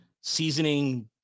seasoning